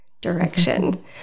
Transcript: direction